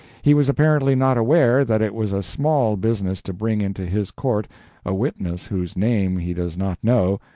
he was apparently not aware that it was a small business to bring into his court a witness whose name he does not know,